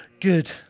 good